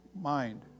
mind